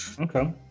Okay